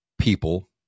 people